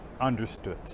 understood